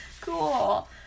cool